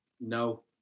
No